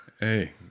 hey